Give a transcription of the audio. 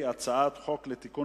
הצעת חוק לתיקון